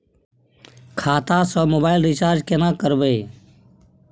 खाता स mobile recharge केना करबे?